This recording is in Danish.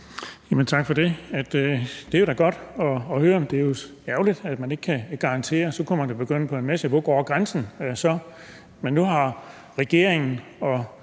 tak for det. Det er da godt at høre, men det er jo ærgerligt, at man ikke kan garantere det. Så kunne man jo begynde på en masse spørgsmål i forhold til: Hvor går grænsen? Men nu har regeringen og